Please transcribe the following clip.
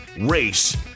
race